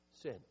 sin